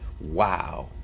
wow